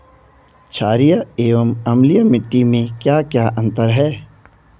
छारीय एवं अम्लीय मिट्टी में क्या क्या अंतर हैं?